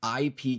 IP